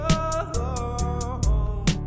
alone